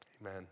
Amen